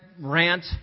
rant